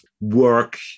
work